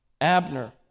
Abner